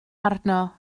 arno